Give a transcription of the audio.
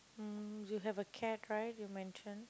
mm you have a cat right you mentioned